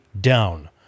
down